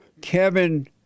Kevin